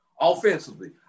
offensively